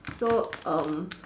so um